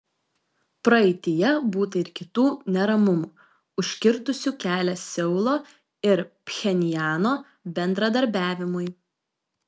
praeityje būta ir kitų neramumų užkirtusių kelią seulo ir pchenjano bendradarbiavimui